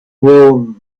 will